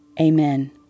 Amen